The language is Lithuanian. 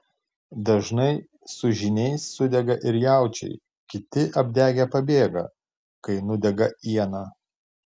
dažnai su žyniais sudega ir jaučiai kiti apdegę pabėga kai nudega iena